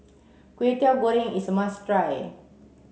Kway Teow Goreng is a must try